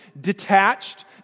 detached